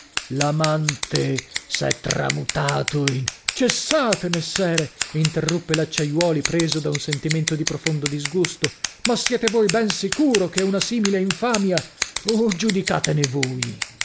l'amante s'è tramutato in cessate messere interruppe l'acciaiuoli preso da un sentimento di profondo disgusto ma siete voi ben sicuro che una simile infamia oh giudicatene voi